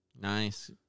Nice